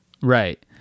right